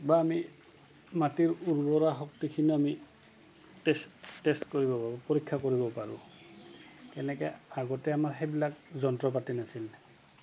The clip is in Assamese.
বা আমি মাটিৰ উৰ্বৰা শক্তিখিনি আমি টেষ্ট টেষ্ট কৰিব পাৰোঁ পৰীক্ষা কৰিব পাৰোঁ তেনেকে আগতে আমাৰ সেইবিলাক যন্ত্ৰ পাতি নাছিল